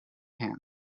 hands